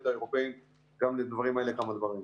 את האירופים גם בדברים האלה כמה דברים.